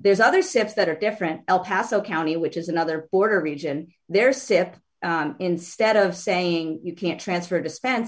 there's other steps that are different el paso county which is another border region there sip instead of saying you can't transfer dispense